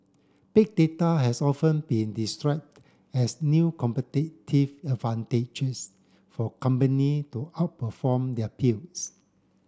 Big Data has often been described as new competitive advantages for company to outperform their peers